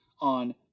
on